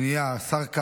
אדוני, מי השר במליאה?